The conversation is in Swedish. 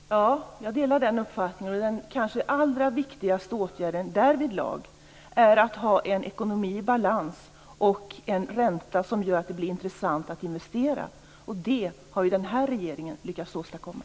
Fru talman! Jag delar den uppfattningen. Den kanske allra viktigaste åtgärden därvidlag är att ha en ekonomi i balans och en ränta som gör att det blir intressant att investera. Det har den här regeringen lyckats åstadkomma.